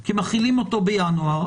כי מחילים אותו בינואר,